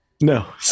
No